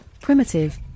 primitive